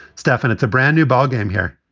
stefan. it's a brand new ballgame here.